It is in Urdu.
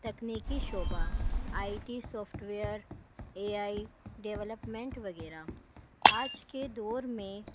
تکنیکی شعبہ I T software A I development وغیرہ آج کے دور میں